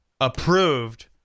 approved